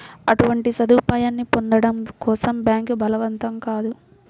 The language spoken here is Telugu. అటువంటి సదుపాయాన్ని పొందడం కోసం బ్యాంక్ బలవంతం కాదు